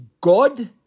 god